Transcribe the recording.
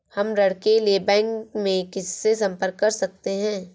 हम ऋण के लिए बैंक में किससे संपर्क कर सकते हैं?